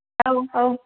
औ औ